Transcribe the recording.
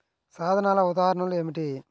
సాధనాల ఉదాహరణలు ఏమిటీ?